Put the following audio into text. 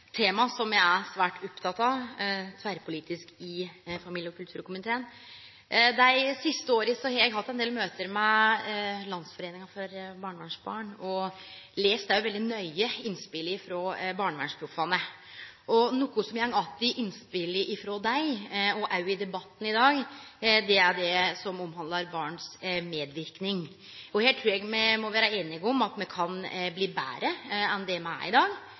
tema som me er svært opptekne av – tverrpolitisk – i familie- og kulturkomiteen. Dei siste åra har eg hatt ein del møte med Landsforeningen for barnevernsbarn og har òg lese veldig nøye innspelet frå Barnevernsproffane. Noko som går att i innspela frå dei, og også i debatten i dag, er det som omhandlar barn sin medverknad. Her trur eg me må vere einige om at me kan bli betre enn